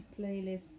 playlist